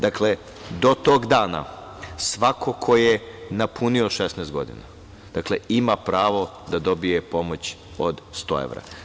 Dakle, do tog dana svako ko je napunio 16 godina ima pravo da dobije pomoć od 100 evra.